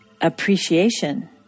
Appreciation